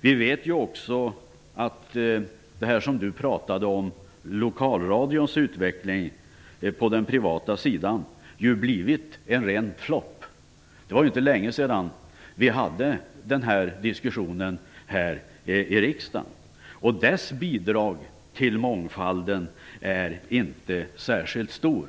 Vi vet också att det som Birger Hagård talade om, nämligen utvecklingen av lokalradion på den privata sidan, har blivit en ren flopp. Det var inte länge sedan som vi hade en diskussion om detta i riksdagen. Lokalradions bidrag till mångfalden är inte särskilt stor.